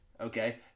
Okay